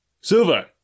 Silver